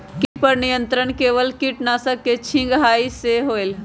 किट पर नियंत्रण केवल किटनाशक के छिंगहाई से होल?